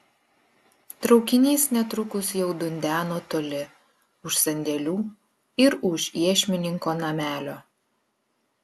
traukinys netrukus jau dundeno toli už sandėlių ir už iešmininko namelio